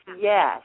yes